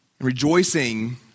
Rejoicing